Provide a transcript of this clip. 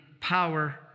power